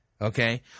okay